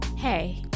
Hey